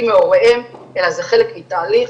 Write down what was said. מהוריהם, אלא זה חלק מתהליך.